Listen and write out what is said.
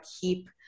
keep